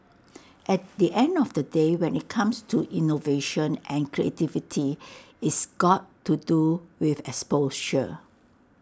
at the end of the day when IT comes to innovation and creativity it's got to do with exposure